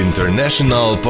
International